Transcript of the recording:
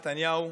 נתניהו,